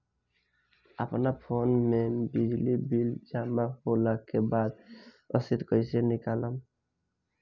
अपना फोन मे बिजली बिल जमा होला के बाद रसीद कैसे निकालम?